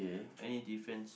any difference